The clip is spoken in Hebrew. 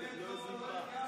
ביטחון לאומי.